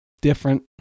different